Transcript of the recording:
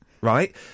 right